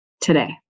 today